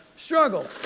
Struggle